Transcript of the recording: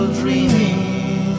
dreaming